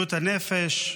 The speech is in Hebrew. בריאות הנפש,